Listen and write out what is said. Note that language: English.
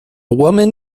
woman